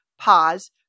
pause